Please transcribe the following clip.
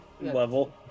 level